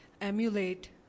emulate